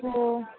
हो